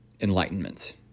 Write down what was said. enlightenment